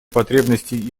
потребностей